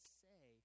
say